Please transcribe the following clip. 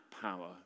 power